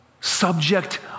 subject